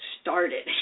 started